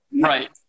Right